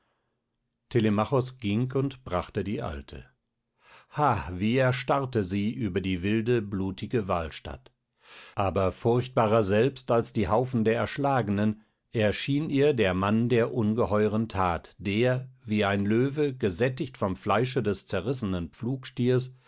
ging und brachte die alte ha wie erstarrte sie über die wilde blutige wahlstatt aber furchtbarer selbst als die haufen der erschlagenen erschien ihr der mann der ungeheuren that der wie ein löwe gesättigt vom fleische des zerrissenen pflugstiers